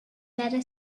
better